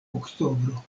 oktobro